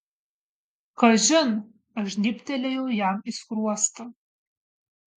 kažin aš žnybtelėjau jam į skruostą